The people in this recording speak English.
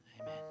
amen